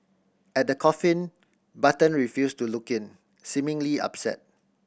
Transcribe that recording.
at the coffin Button refused to look in seemingly upset